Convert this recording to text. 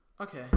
Okay